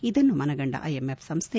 ಇದನ್ನು ಮನಗಂಡ ಐಎಂಎಫ್ ಸಂಸ್ಟೆ